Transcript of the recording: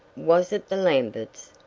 was it the lamberts?